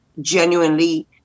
genuinely